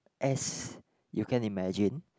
as you can imagine